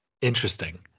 Interesting